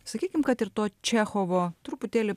sakykim kad ir to čechovo truputėlį